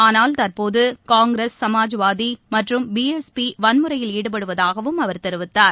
ஆனால் தற்போதுகாங்கிரஸ் சமாஜ்வாதிமற்றும் பிஎஸ்பிவன்முறையில் ஈடுபடுவதாகவும் அவர் தெரிவித்தார்